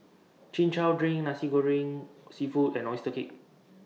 Chin Chow Drink Nasi Goreng Seafood and Oyster Cake